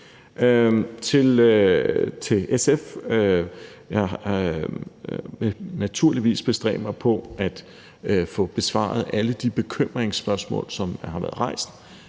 sige, at jeg naturligvis vil bestræbe mig på at få besvaret alle de bekymringsspørgsmål, som har været rejst.